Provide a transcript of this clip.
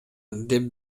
деп